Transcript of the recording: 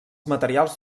materials